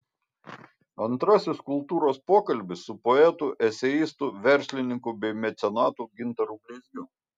antrasis kultūros pokalbis su poetu eseistu verslininku bei mecenatu gintaru bleizgiu